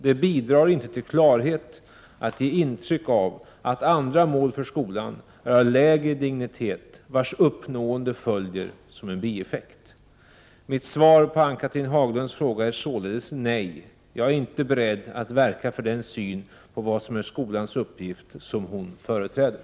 Det bidrar inte till klarhet att ge intryck av att andra mål för skolan är av lägre dignitet vars uppnående följer som en bieffekt. Mitt svar på Ann-Cathrine Haglunds fråga är således nej. Jag är inte beredd att verka för den syn på vad som är skolans uppgift som hon företräder.